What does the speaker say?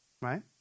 right